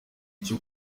icyo